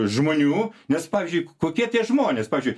žmonių nes pavyzdžiui kokie tie žmonės pavyzdžiui